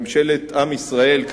ממשלת עם ישראל,